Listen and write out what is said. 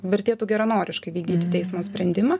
vertėtų geranoriškai vykdyti teismo sprendimą